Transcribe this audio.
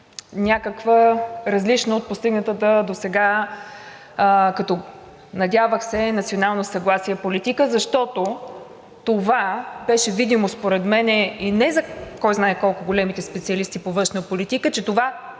някаква различна от постигнатата досега, като надявах се на национално съгласие – политика, защото това беше видимо според мен и не за кой знае колко големите специалисти по външна политика, че това